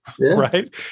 right